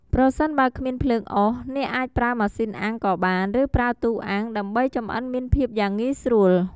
ប្រសិនបើគ្មានភ្លើងអុស អ្នកអាចប្រើម៉ាស៊ីនអាំងក៏បាន ឬប្រើទូអាំង ដើម្បីចម្អិនមានភាពយ៉ាងងាយស្រួល។